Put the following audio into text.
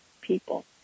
people